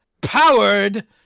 powered